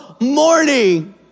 morning